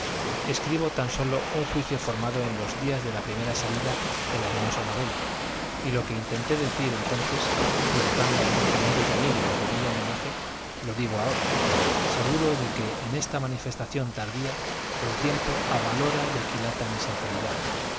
escribo tan sólo un juicio formado en los días de la primera salida de la hermosa novela y lo que intenté decir entonces tributando al compañero y amigo el debido homenaje lo digo ahora seguro de que en esta manifestación tardía el tiempo avalora y aquilata mi sinceridad